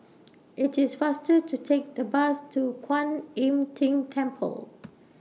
IT IS faster to Take The Bus to Kuan Im Tng Temple